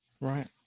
Right